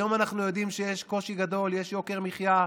היום אנחנו יודעים שיש קושי גדול, יש יוקר מחיה.